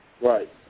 Right